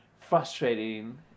frustrating